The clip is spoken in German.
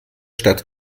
stadt